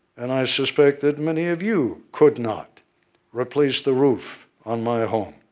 and, i suspect, that many of you could not replace the roof on my home,